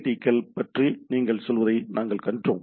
டிக்கள் பற்றி நீங்கள் சொல்வதை நாங்கள் கண்டோம்